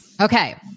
Okay